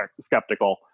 skeptical